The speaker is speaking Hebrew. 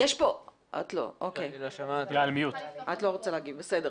את לא רוצה להגיב, בסדר.